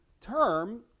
term